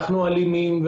אנחנו אלימים.